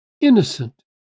innocent